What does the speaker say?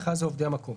ובכלל זה עובדי המקום.